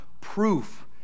proof